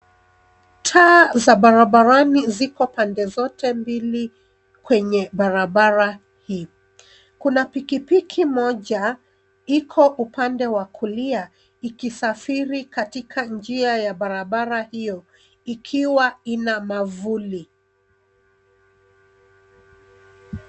Taa za barabarani ziko pande zote mbili kwenye barabara hii. Kuna pikipiki moja iko upande wa kulia ikisafiri katika njia ya barabara hiyo ikiwa ina mwavuli.